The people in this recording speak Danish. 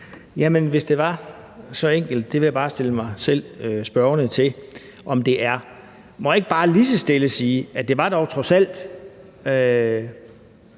hvis det var så enkelt – det vil jeg bare stille mig spørgende over for om det er. Må jeg ikke bare lige så stille sige, at det dog trods alt